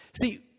See